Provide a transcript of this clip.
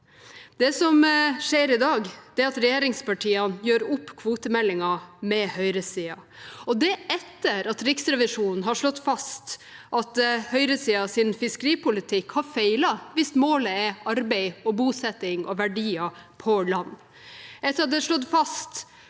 Det som skjer i dag, er at regjeringspartiene gjør opp kvotemeldingen med høyresiden. Det er etter at Riksrevisjonen har slått fast at høyresidens fiskeripolitikk har feilet hvis målet er arbeid, bosetting og verdier på land.